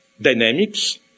dynamics